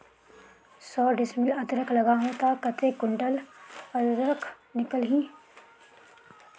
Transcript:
सौ डिसमिल अदरक लगाहूं ता कतेक कुंटल अदरक निकल ही?